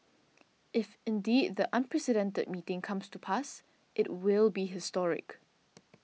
if indeed the unprecedented meeting comes to pass it will be historic